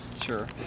Sure